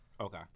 Okay